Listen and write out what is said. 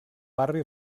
barri